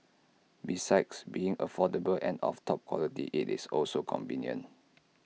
besides being affordable and of top quality IT is also convenient